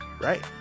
right